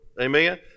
Amen